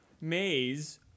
Maze